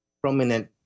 prominent